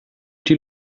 die